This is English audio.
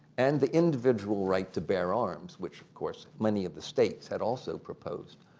and the individual right to bear arms which, of course, many of the states had also proposed.